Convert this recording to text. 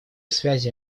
связи